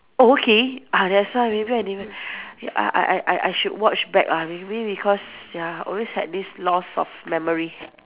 oh okay ah that's why maybe I didn't I I I I should watch back lah maybe because ya always had this loss of memory